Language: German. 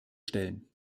stellen